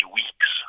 weeks